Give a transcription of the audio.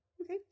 Okay